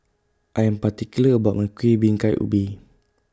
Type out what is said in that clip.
I Am particular about My Kueh Bingka Ubi